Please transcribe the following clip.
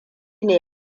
ne